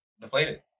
deflated